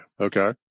Okay